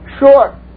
sure